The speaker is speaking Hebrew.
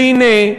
והנה,